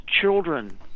children